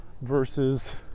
versus